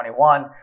2021